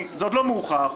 זה עוד לא מאוחר.